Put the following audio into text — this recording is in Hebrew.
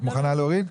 את מוכנה להוריד?